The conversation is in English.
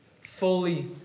fully